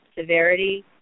severity